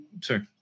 Sorry